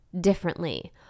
differently